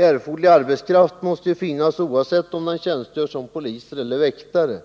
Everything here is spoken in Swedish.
Erforderlig arbetskraft måste ju finnas, oavsett om den används till tjänstgöring som polis eller som väktare.